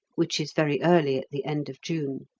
which is very early at the end of june.